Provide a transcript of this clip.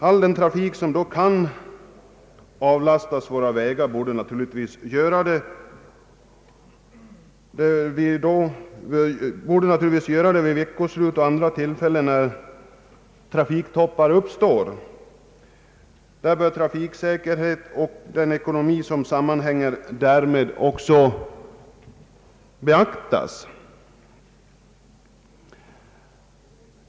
Så mycket trafik som möjligt bör naturligtvis avlastas vägarna vid vecko slut och andra tillfällen när trafiktoppar uppstår. Trafiksäkerheten och den ekonomi som sammanhänger därmed bör också beaktas.